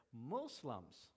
Muslims